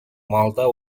malta